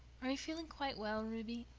are you feeling quite well, ruby?